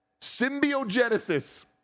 Symbiogenesis